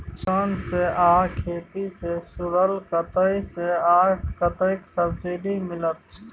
किसान से आ खेती से जुरल कतय से आ कतेक सबसिडी मिलत?